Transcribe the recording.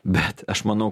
bet aš manau